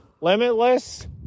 limitless